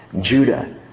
Judah